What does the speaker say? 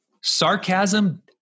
Sarcasm